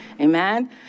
Amen